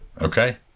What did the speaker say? Okay